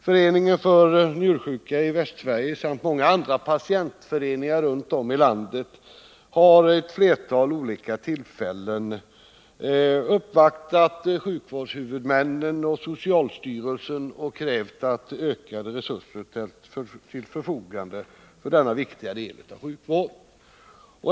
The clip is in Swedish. Föreningen för njursjuka i Västsverige samt många andra patientföreningar runt om i landet har vid ett flertal tillfällen uppvaktat sjukvårdshuvudmännen och socialstyrelsen och krävt att ökade resurser ställs till förfogande för denna viktiga del av sjukvården.